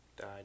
died